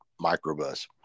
microbus